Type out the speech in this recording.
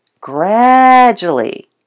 gradually